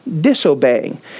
disobeying